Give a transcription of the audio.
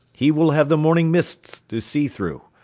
he will have the morning mists to see through.